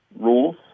rules